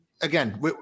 again